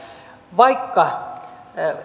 vaikka